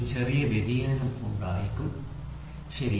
ഒരു ചെറിയ വ്യതിയാനം ഉണ്ടാകും ശരി